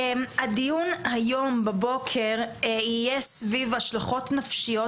הדיון היום בבוקר יהיה סביב השלכות נפשיות